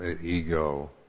ego